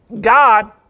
God